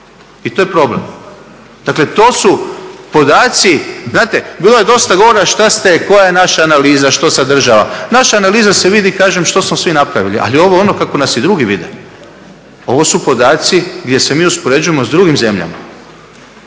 i to je problem. Dakle to su podaci, znate bilo je dosta govora šta ste koja je naša analiza, što sadržava? Naša analiza se vidi kažem što smo svi napravili, ali ovo je ono kako nas i drugi vide. Ovo su podaci gdje se mi uspoređujemo s drugim zemljama.